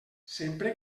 sempre